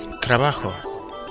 Trabajo